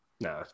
No